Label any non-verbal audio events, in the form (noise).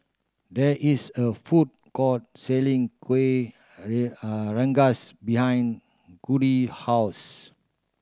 there is a food court selling kuih (unintelligible) rengas behind Kody house